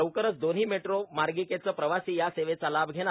लवकरच दोन्ही मेट्रो मार्गीकेचे प्रवासी या सेवेचा लाभ घेणार